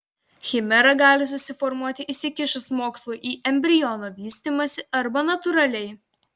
chimera gali susiformuoti įsikišus mokslui į embriono vystymąsi arba natūraliai